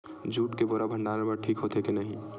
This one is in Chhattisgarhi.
जूट के बोरा भंडारण बर ठीक होथे के नहीं?